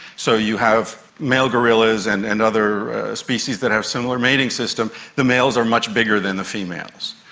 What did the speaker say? so you have male gorillas and and other species that have similar mating systems. the males are much bigger than the females,